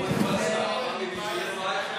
בשבילנו אייכלר הוא